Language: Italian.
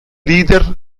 leader